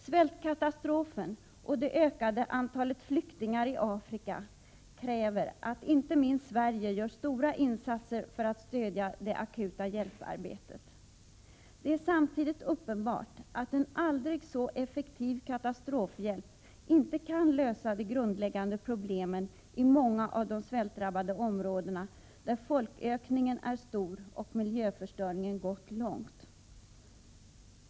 Svältkatastrofen och det ökande antalet flyktingar i Afrika kräver att inte minst Sverige gör stora insatser för att stödja det akuta hjälparbetet. Det är samtidigt uppenbart att en aldrig så effektiv katastrofhjälp inte kan lösa de grundläggande problemen i många av de svältdrabbade områdena, där folkökningen är stor och miljöförstöringen gått långt.